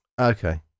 okay